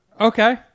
Okay